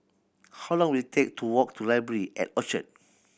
how long will it take to walk to Library at Orchard